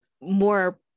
more